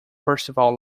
percival